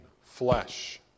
flesh